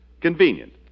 convenient